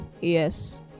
yes